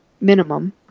minimum